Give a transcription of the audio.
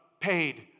paid